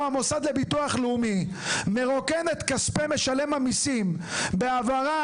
המוסד לביטוח לאומי מרוקן את כספי משלם המיסים בהעברה